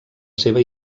seva